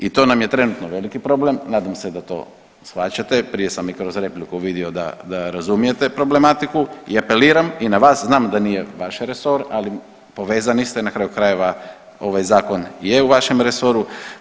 I to nam je trenutno veliki problem, nadam se da to shvaćate, prije sam i kroz repliku vidio da, da razumijete problematiku i apeliram i na vas, znam da nije vaš resor, ali povezani ste, na kraju krajeva ovaj zakon je u vašem resoru.